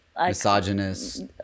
misogynist